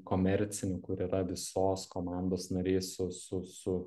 komercinį kur yra visos komandos nariai su su su